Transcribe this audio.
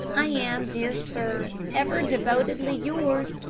i am, dear sir, ever devotedly yours,